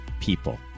people